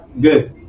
Good